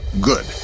good